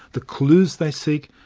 the clues they seek,